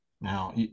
Now